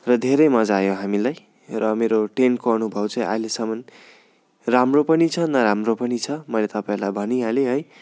र धेरै मजा आयो हामीलाई र मेरो टेन्टको अनुभव चाहिँ अहिलेसम्म राम्रो पनि छ नराम्रो पनि छ मैले तपाईँहरूलाई भनिहालेँ है